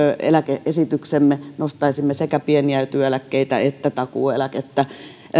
eläke esityksemme ja nostaisimme sekä pieniä työeläkkeitä että takuueläkettä